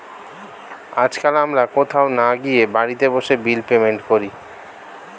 আজকাল আমরা কোথাও না গিয়ে বাড়িতে বসে বিল পেমেন্ট করি